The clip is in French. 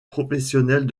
professionnels